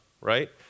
right